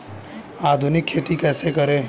आधुनिक खेती कैसे करें?